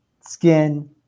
skin